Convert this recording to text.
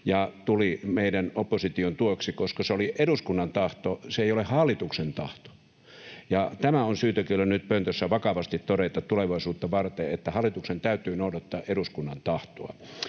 ja tuli meidän opposition tueksi, koska se oli eduskunnan tahto, se ei ole hallituksen tahto. Ja tämä on syytä kyllä nyt pöntössä vakavasti todeta tulevaisuutta varten, että hallituksen täytyy noudattaa eduskunnan tahtoa.